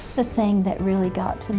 the thing that really got